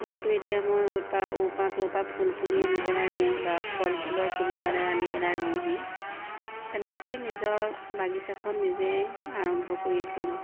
ইয়াতো এতিয়া মই অ'ৰপৰা অ'ৰপৰা ত'ৰপৰা ফুল পুলি আনি পেলাই ৰুওঁ বা ফল ফুলৰ পুলি পালে আনি পেলাই ৰুওঁহি তেনেকৈয়ে নিজৰ বাগিচাখন নিজই আৰম্ভ কৰিছিলোঁ